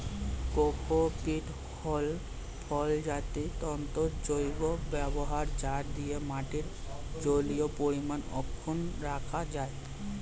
cocopeat হল ফলজাত তন্তুর জৈব ব্যবহার যা দিয়ে মাটির জলীয় পরিমাণ অক্ষুন্ন রাখা যায়